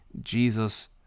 Jesus